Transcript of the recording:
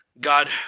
God